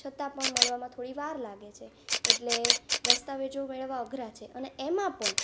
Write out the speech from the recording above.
છતાં પણ મળવામાં થોડી વાર લાગે છે એટલે દસ્તાવેજો મેળવવા અઘરા છે અને એમાં પણ